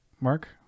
Mark